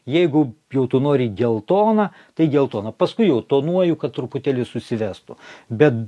jeigu jau tu nori geltona tai geltona paskui jau tonuoju kad truputėlį susivestų bet